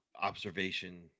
observation